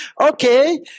okay